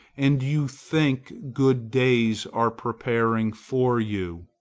and you think good days are preparing for you.